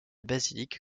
basilique